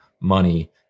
money